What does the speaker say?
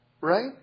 Right